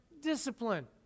discipline